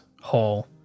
hall